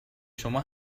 شما